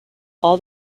all